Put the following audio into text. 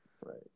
Right